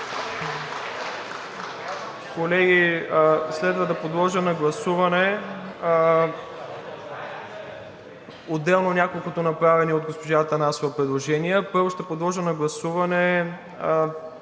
Колеги, следва да подложа на гласуване отделно няколкото направени от госпожа Атанасова предложения. Първо, ще подложа на гласуване